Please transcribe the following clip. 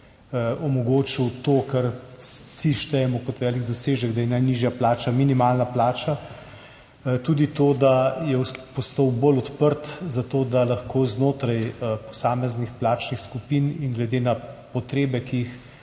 omogočil tega, kar si štejemo kot velik dosežek, da je najnižja plača, minimalna plača, tudi to, da je postal bolj odprt za to, da se lahko znotraj posameznih plačnih skupin in glede na potrebe, ki jih